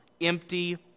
empty